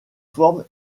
forme